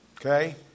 okay